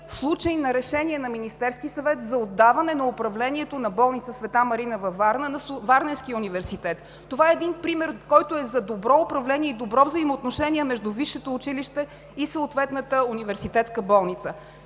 случай на решение на Министерския съвет за отдаване на управлението на болница „Света Марина“ във Варна на Варненския университет. Това е пример, който е за добро управление и за добро взаимоотношение между висшето училище и съответната университетска болница.